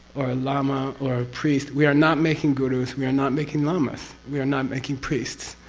or a lama, or a priest. we are not making gurus, we are not making lamas. we are not making priests,